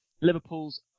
Liverpool's